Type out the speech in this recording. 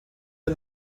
der